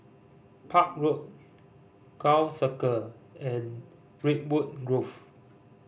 Park Road Gul Circle and Redwood Grove